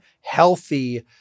healthy